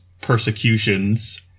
persecutions